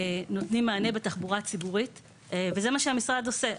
נותנים מענה בתחבורה הציבורית וזה מה שהמשרד עושה.